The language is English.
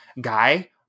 guy